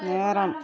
நேரம்